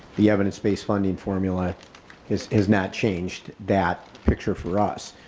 the evidence-base funding formula is is not changed that picture for us.